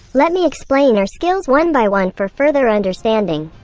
let me explain her skills one by one for further understanding.